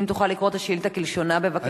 אם תוכל לקרוא את השאילתא כלשונה, בבקשה?